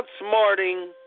outsmarting